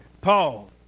Paul